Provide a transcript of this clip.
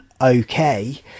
okay